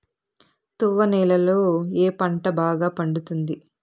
తువ్వ నేలలో ఏ పంట బాగా పండుతుంది?